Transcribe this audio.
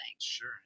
Sure